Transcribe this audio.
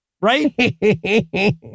right